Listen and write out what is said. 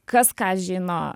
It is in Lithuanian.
kas ką žino